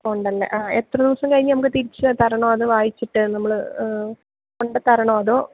ഉണ്ടല്ലേ ആ എത്ര ദിവസം കഴിഞ്ഞ് നമുക്ക് തിരിച്ച് തരണം അത് വായിച്ചിട്ട് നമ്മൾ കൊണ്ട് തരണോ അതോ